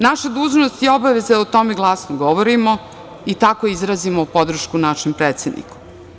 Naša dužnost i obaveza je da o tome glasno govorimo i tako izrazimo podršku našem predsedniku.